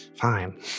Fine